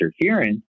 interference